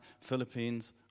Philippines